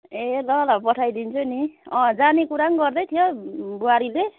ए ल ल पठाइदिन्छु नि अँ जाने कुरा पनि गर्दै थियो बुहारीले